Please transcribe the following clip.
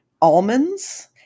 almonds